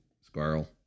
Squirrel